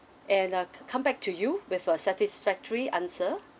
and uh come back to you with a satisfactory answer